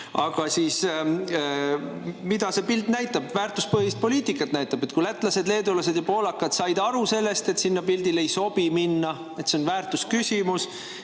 enam. Aga mida see pilt näitab? Väärtuspõhist poliitikat näitab. Kui lätlased, leedulased ja poolakad said aru, et sinna pildile ei sobi minna, see on väärtusküsimus